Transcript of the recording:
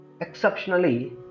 Exceptionally